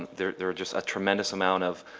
there there are just a tremendous amount of